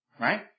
Right